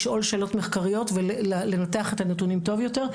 לשאול שאלות מחקריות ולנתח את הנתונים טוב יותר.